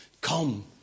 Come